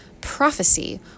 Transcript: prophecy